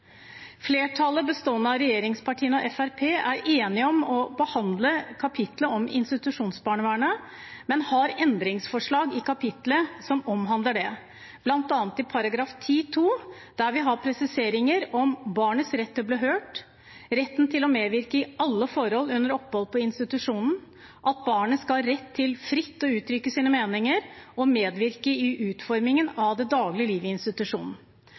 Flertallet bestående av regjeringspartiene og Fremskrittspartiet er enige om å behandle kapitlet om institusjonsbarnevernet, men har endringsforslag i kapitlet som omhandler det, bl.a. i § 10-2, der vi har presiseringer om barnets rett til å bli hørt, retten til å medvirke i alle forhold under opphold på institusjonen, og at barnet skal ha rett til fritt å uttrykke sine meninger og medvirke i utformingen av det daglige livet i institusjonen.